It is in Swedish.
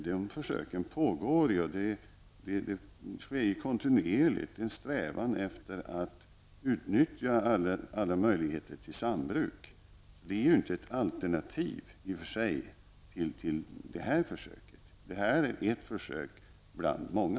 Det finns en kontinuerlig strävan efter att utnyttja alla möjligheter till sambruk. I och för sig är det inte något alternativ till det försök som vi nu diskuterar, som är ett försök bland många.